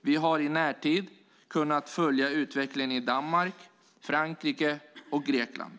Vi har i närtid kunnat följa utvecklingen i Danmark, Frankrike och Grekland.